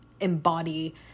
embody